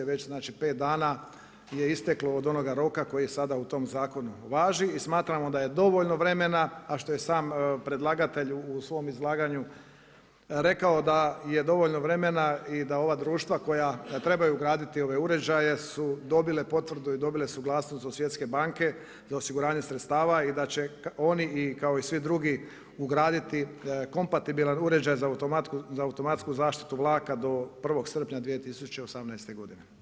Već znači pet dana je isteklo od onoga roka koji je sada u tom zakonu važi i smatramo da je dovoljno vremena, a što je sam predlagatelj u svom izlaganju rekao da je dovoljno vremena i da ova društva koja trebaju ugraditi ove uređaje su dobile potvrdu i dobile suglasnost od Svjetske banke za osiguranje sredstava i da će oni i kao i svi drugi ugraditi kompatibilan uređaj za automatsku zaštitu vlaka do 1. srpnja 2018. godine.